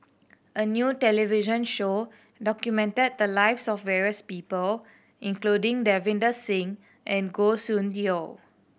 a new television show documented the lives of various people including Davinder Singh and Goh Soon Tioe